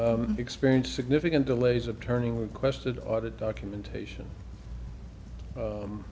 experience significant delays of turning requested audit documentation